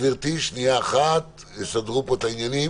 לגבי סעיף הביטול של